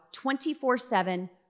24-7